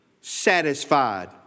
satisfied